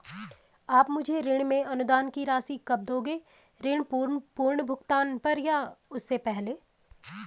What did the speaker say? आप मुझे ऋण में अनुदान की राशि कब दोगे ऋण पूर्ण भुगतान पर या उससे पहले?